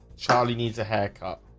charlie needs a haircut.